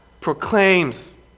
proclaims